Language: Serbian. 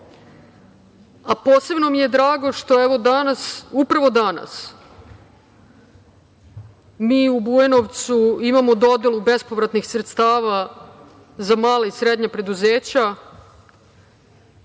mi je drago što upravo danas mi u Bujanovcu imamo dodelu bespovratnih sredstava za mala i srednja preduzeća